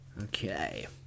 Okay